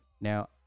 now